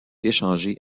échangé